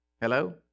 Hello